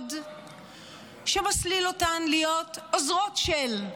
ורוד שמסליל אותן להיות עוזרות של,